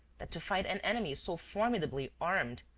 that, to fight an enemy so formidably armed,